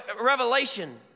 Revelation